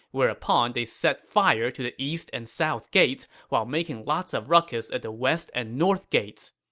whereupon they set fire to the east and south gates while making lots of ruckus at the west and north gates.